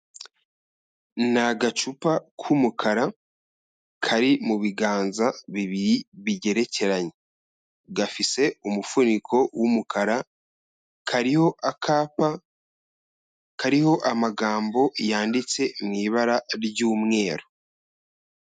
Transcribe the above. Ni agacupa k'umukara kari mu biganza bibiri bigerekeranye, gafise umufuniko w'umukara kariho akapa kariho amagambo yanditse mu ibara ry'umweru.